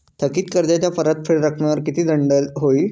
थकीत कर्जाच्या परतफेड रकमेवर किती दंड होईल?